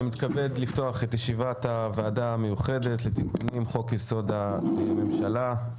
אני מתכבד לפתוח את ישיבת הוועדה המיוחדת לתיקון חוק-יסוד: הממשלה.